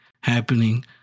happening